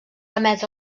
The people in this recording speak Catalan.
emetre